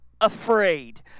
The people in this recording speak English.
afraid